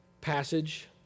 passage